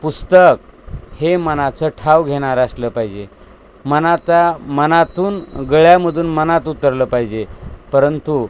पुस्तक हे मनाचं ठाव घेणार असलं पाहिजे मनाचा मनातून गळ्यामधून मनात उतरलं पाहिजे परंतु